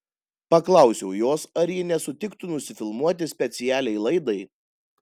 paklausiau jos ar ji nesutiktų nusifilmuoti specialiai laidai